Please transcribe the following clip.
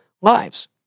lives